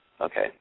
Okay